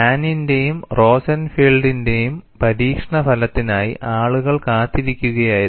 ഹാനിന്റെയും റോസെൻഫെൽഡിന്റെയും പരീക്ഷണ ഫലത്തിനായി ആളുകൾ കാത്തിരിക്കുകയായിരുന്നു